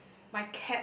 my cat